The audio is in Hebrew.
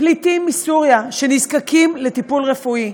פליטים מסוריה שנזקקים לטיפול רפואי.